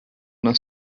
una